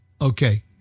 Okay